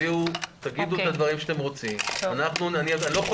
אנחנו כמובן מחר נשמע מה הממשלה מוכנה לקבל,